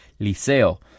Liceo